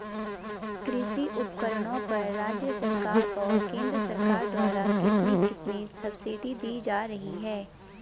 कृषि उपकरणों पर राज्य सरकार और केंद्र सरकार द्वारा कितनी कितनी सब्सिडी दी जा रही है?